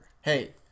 Hey